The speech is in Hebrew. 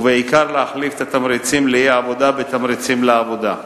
ובעיקר להחליף את התמריצים לאי-עבודה בתמריצים לעבודה.